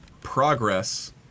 Progress